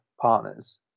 partners